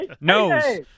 Nose